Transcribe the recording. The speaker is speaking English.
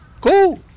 Cool